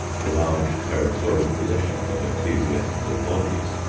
the large territorial possessions of ecclesiastical bodies,